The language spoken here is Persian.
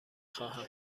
خواهم